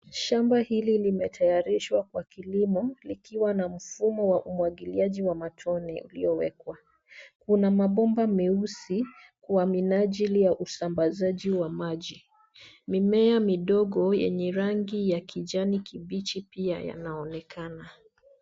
Shamba hili limetayarishwa kwa kilimo, likiwa na mfumo wa umwagiliaji wa matone uliowekwa. Kuna mabomba meusi kwa minajili ya usambazaji wa maji. Mimea midogo yenye rangi ya kijani kibichi, pia yanaonekana.